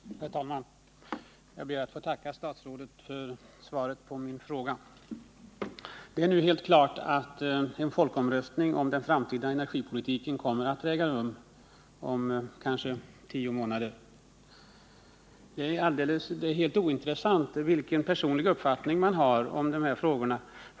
Herr talman! Jag ber att få tacka statsrådet Tham för svaret på min fråga. Det är nu helt klart att en folkomröstning om den framtida energipolitiken kommer att äga rum, kanske om tio månader. Det är helt ointressant vilken personlig uppfattning man har om de här frågorna.